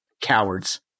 cowards